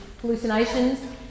hallucinations